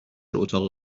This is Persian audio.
اتاق